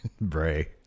Bray